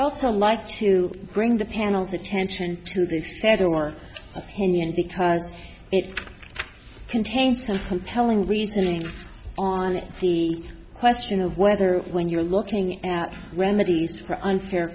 also like to bring the panels attention to the fair or opinion because it contains some compelling reasoning on the question of whether when you're looking at remedies for unfair